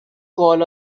call